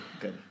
good